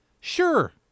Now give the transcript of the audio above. Sure